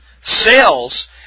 Sales